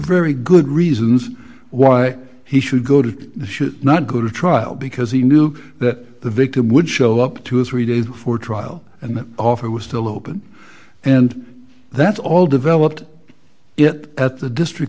very good reasons why he should go to the should not go to trial because he knew that the victim would show up to three days before trial and the offer was still open and that's all developed it at the district